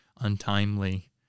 untimely